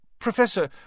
Professor